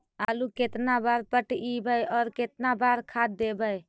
आलू केतना बार पटइबै और केतना बार खाद देबै?